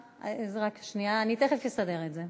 רק שנייה, אני תכף אסדר את זה,